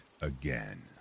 again